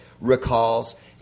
recalls